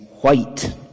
white